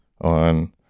on